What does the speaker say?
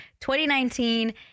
2019